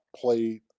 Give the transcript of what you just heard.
played